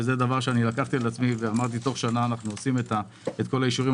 שזה דבר שלקחתי על עצמי ואמרתי: תוך שנה אנו עושים את כל האישורים,